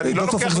הדיבור,